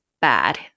bad